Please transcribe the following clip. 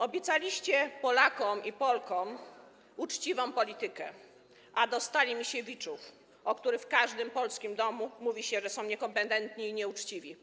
Obiecaliście Polakom i Polkom uczciwą politykę, a dostali Misiewiczów, o których w każdym polskim domu mówi się, że są niekompetentni i nieuczciwi.